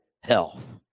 health